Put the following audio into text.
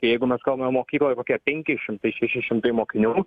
kai jeigu mes kalbame mokykloje kokie penki šimtai šeši šimtai mokinių